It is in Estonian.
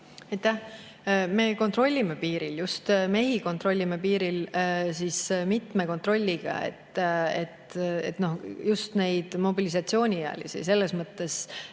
Me kontrollime piiril, just mehi kontrollime piiril mitme kontrolliga, just neid mobilisatsiooniealisi, selles mõttes,